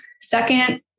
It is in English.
second